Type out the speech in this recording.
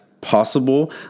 possible